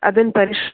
ಅದನ್ನು ಪರಿಶ್